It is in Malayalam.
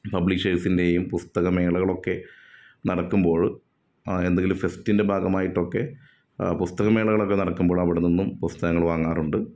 പബ്ലിഷേഴ്സിന്റെയും പുസ്തകമേളകളൊക്കെ നടക്കുമ്പോൾ എന്തെങ്കിലും ഫെസ്റ്റിൻ്റെ ഭാഗമായിട്ടൊക്കെ പുസ്തകമേളകളൊക്കെ നടക്കുമ്പോൾ അവിടെനിന്നും പുസ്തകങ്ങൾ വാങ്ങാറുണ്ട്